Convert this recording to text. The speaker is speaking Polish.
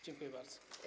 Dziękuję bardzo.